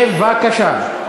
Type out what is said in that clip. בבקשה.